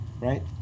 right